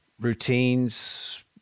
routines